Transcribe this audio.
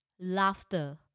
laughter